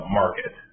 market